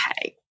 Okay